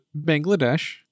Bangladesh